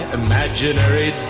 imaginary